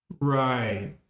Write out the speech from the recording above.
Right